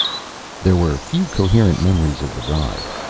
there were few coherent memories of the ride.